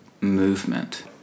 movement